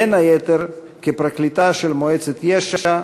בין היתר כפרקליטה של מועצת יש"ע,